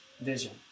vision